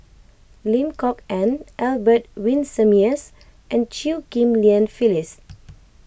Lim Kok Ann Albert Winsemius and Chew Ghim Lian Phyllis